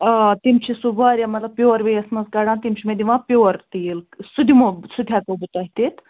آ تِم چھِ سُہ وارِیاہ مطلب پیٛوٗوَر وییَس منٛز کَڈان تِم چھِ مےٚ دِوان پیٛوٗوَر تیٖل سُہ دِمہو سُہ تہِ ہٮ۪کہو بہٕ تۄہہِ دِتھ